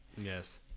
Yes